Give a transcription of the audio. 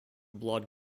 blood